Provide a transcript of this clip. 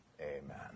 Amen